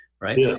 Right